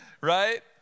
Right